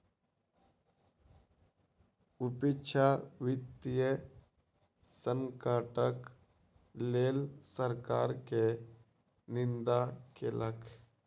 विपक्ष वित्तीय संकटक लेल सरकार के निंदा केलक